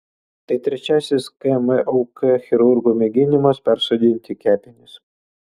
tai trečiasis kmuk chirurgų mėginimas persodinti kepenis